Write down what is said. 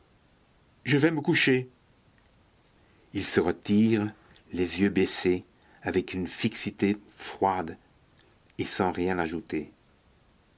je vais me coucher il se retire les yeux baissés avec une fixité froide et sans rien ajouter